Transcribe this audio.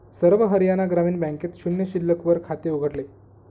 सर्व हरियाणा ग्रामीण बँकेत शून्य शिल्लक वर खाते उघडले